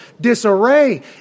disarray